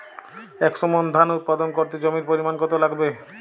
একশো মন ধান উৎপাদন করতে জমির পরিমাণ কত লাগবে?